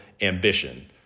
ambition